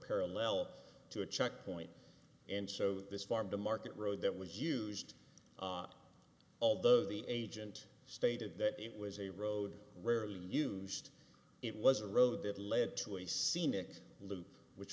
parallel to a checkpoint and so this farm to market road that was used although the agent stated that it was a road rarely used it was a road that led to a scenic loop which